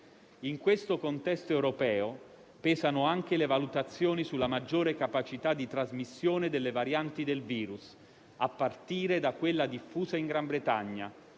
In questo contesto europeo pesano anche le valutazioni sulla maggiore capacità di trasmissione delle varianti del virus, a partire da quella diffusa in Gran Bretagna,